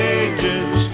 ages